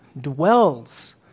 dwells